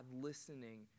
listening